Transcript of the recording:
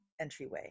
entryway